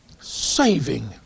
Saving